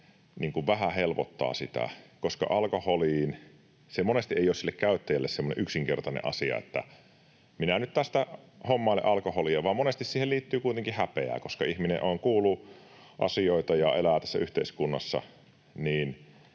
vähän helpottavat sitä. Nimittäin alkoholi monesti ei ole sille käyttäjälle semmoinen yksinkertainen asia, että minä nyt tästä hommailen alkoholia, vaan monesti siihen liittyy kuitenkin häpeää, koska ihminen on kuullut asioita ja elää tässä yhteiskunnassa